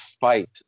fight